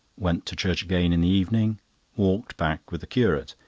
went to church again in the evening walked back with the curate.